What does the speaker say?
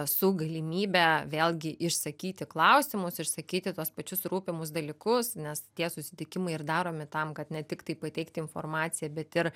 su galimybe vėlgi išsakyti klausimus išsakyti tuos pačius rūpimus dalykus nes tie susitikimai ir daromi tam kad ne tiktai pateikti informaciją bet ir